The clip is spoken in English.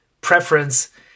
preference